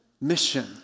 mission